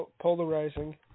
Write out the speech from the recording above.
polarizing